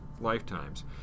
lifetimes